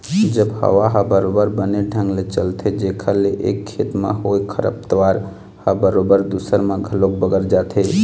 जब हवा ह बरोबर बने ढंग ले चलथे जेखर ले एक खेत म होय खरपतवार ह बरोबर दूसर म घलोक बगर जाथे